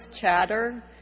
chatter